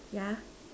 yeah